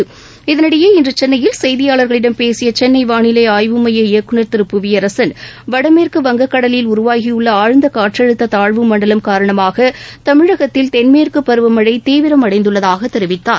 இகனிடையே இன்றுசென்னையில் செய்தியாளர்களிடம் பேசியசென்னைவானிலைஆய்வு மைய இயக்குனர் திரு புவியரசன் வடமேற்கு வங்கக்கடலில் உருவாகியுள்ளஆழ்ந்தகாற்றழுத்ததாழ்வு மண்டலம் காரணமாகதமிழகத்தில் தென்மேற்குபருவமழைதீவிரமடைந்துள்ளதாகத் தெரிவித்தார்